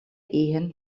ehen